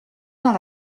dans